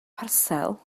parsel